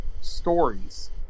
stories